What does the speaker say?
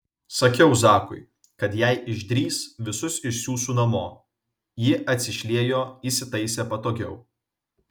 sakiau zakui kad jei išdrįs visus išsiųsiu namo ji atsišliejo įsitaisė patogiau